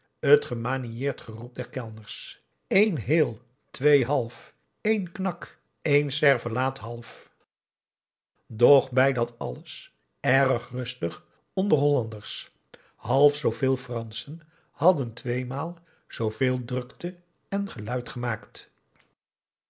het gemaniereerd geroep der kellners één heel twee half één knak een cervelaat half doch bij dat alles erg rustig onder hollanders half zooveel franschen hadden tweemaal zooveel drukte en geluid gemaakt